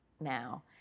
now